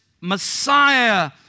Messiah